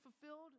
fulfilled